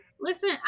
listen